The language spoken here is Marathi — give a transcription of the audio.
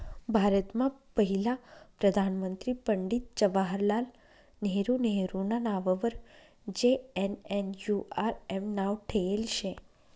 भारतमा पहिला प्रधानमंत्री पंडित जवाहरलाल नेहरू नेहरूना नाववर जे.एन.एन.यू.आर.एम नाव ठेयेल शे